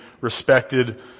respected